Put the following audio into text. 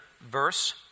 verse